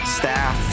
staff